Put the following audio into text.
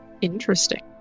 Interesting